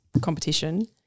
competition